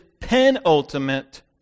penultimate